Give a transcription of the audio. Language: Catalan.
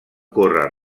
córrer